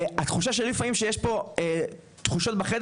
והתחושה שלי לפעמים שיש פה תחושות בחדר